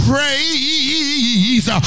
Praise